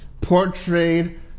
portrayed